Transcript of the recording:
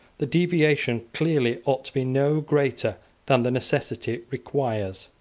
the deviation clearly ought to be no greater than the necessity requires.